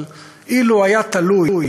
אבל אילו היה תלוי